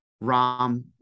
ROM